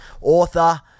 author